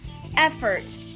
effort